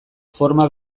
forma